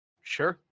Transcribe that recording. Sure